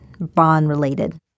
bond-related